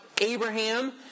Abraham